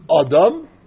adam